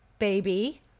baby